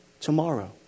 Tomorrow